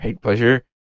Pleasure